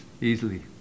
easily